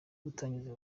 gutangiza